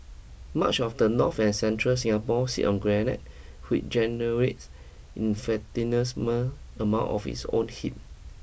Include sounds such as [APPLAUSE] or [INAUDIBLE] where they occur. much of the north and central Singapore sits on granite which generates [UNINTELLIGIBLE] amount of its own heat